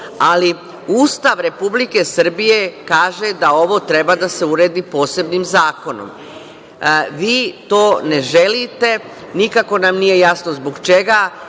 ali Ustav Republike Srbije kaže da ovo treba da se uredi posebnim zakonom. Vi to ne želite. Nikako nam nije jasno zbog čega?